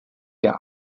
der